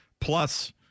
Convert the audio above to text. plus